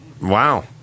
Wow